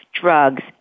drugs